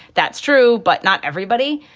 that's true. but not everybody.